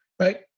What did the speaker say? right